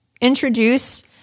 introduce